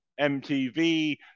MTV